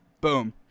Boom